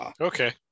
Okay